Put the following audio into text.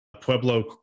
Pueblo